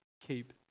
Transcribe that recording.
keep